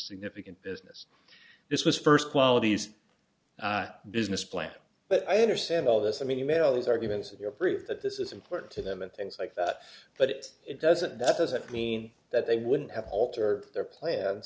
significant business this was first qualities business plan but i understand all this i mean e mail those arguments of your proof that this is important to them and things like that but it doesn't that doesn't mean that they wouldn't have alter their plan